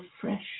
fresh